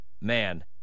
man